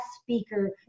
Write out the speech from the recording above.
speaker